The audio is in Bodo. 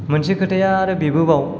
मोनसे खोथाया आरो बेबोबाव